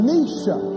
Nisha